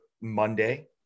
Monday